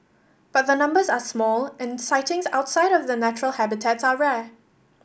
but the numbers are small and sightings outside of their natural habitats are rare